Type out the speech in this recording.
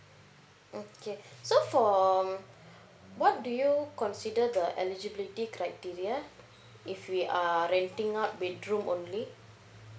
mm okay so for um what do you consider the eligibility criteria if we are renting out bedroom only